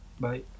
Bye